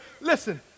listen